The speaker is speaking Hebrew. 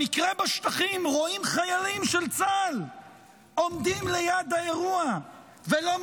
במקרה בשטחים רואים חיילים של צה"ל עומדים ליד האירוע ולא מתערבים.